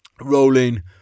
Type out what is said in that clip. rolling